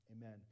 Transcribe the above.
amen